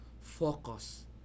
Focus